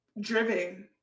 Driven